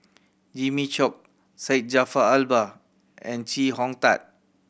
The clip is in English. Jimmy Chok Syed Jaafar Albar and Chee Hong Tat